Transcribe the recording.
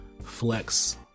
flex